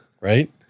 Right